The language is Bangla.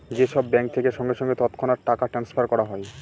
যে সব ব্যাঙ্ক থেকে সঙ্গে সঙ্গে তৎক্ষণাৎ টাকা ট্রাস্নফার করা হয়